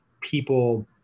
people